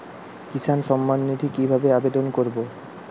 কিষান সম্মাননিধি কিভাবে আবেদন করব?